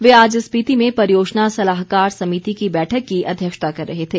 वे आज स्पिति में परियोजना सलाहकार समिति की बैठक की अध्यक्षता कर रहे थे